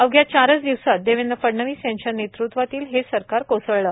अवघ्या चारच दिवसात देवेंद्र फडणवीस यांच्या नेतृत्वातील हे सरकार कोसळलं